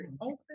open